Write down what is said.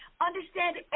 Understand